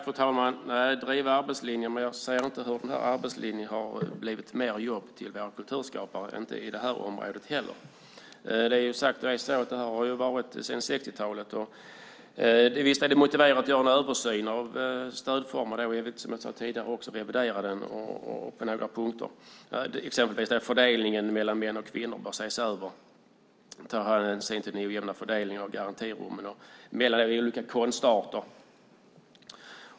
Fru talman! Jag ser inte hur denna arbetslinje har lett till fler jobb för våra kulturskapare - inte heller i detta område. Detta har funnits sedan 60-talet, och visst är det motiverat att göra en översyn av stödformen och också revidera den på några punkter. Exempelvis bör fördelningen mellan män och kvinnor ses över. Det gäller även den ojämna fördelningen av garantirum och fördelningen mellan olika konstarter.